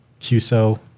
QSO